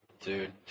Dude